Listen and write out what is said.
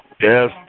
Yes